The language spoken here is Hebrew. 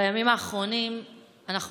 בימים האחרונים אנחנו